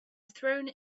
throne